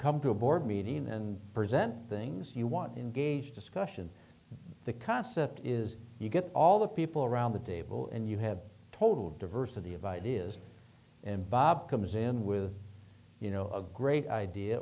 come to a board meeting and present things you want in gauge discussion the concept is you get all the people around the table and you have total diversity of ideas and bob comes in with you know a great idea